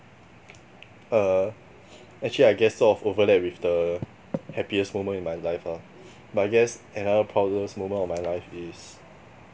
err actually I guess sort of overlap with the happiest moment in my life ah but I guess another proudest moment of my life is